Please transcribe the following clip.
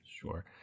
Sure